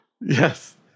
Yes